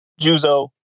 Juzo